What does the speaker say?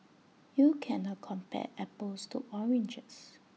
you can't A compare apples to oranges